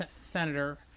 Senator